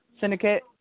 syndicate